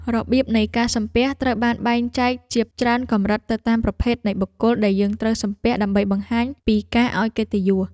របៀបនៃការសំពះត្រូវបានបែងចែកជាច្រើនកម្រិតទៅតាមប្រភេទនៃបុគ្គលដែលយើងត្រូវសំពះដើម្បីបង្ហាញពីការឱ្យកិត្តិយស។